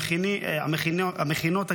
המכינות הקדם-צבאיות,